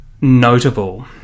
notable